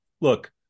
look